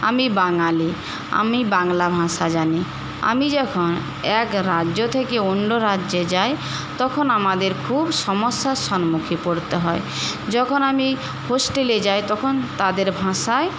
আমি বাঙালি আমি বাংলা ভাষা জানি আমি যখন এক রাজ্য থেকে অন্য রাজ্যে যাই তখন আমাদের খুব সমস্যার সন্মুখে পড়তে হয় যখন আমি হোস্টেলে যাই তখন তাদের ভাষায়